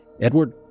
Edward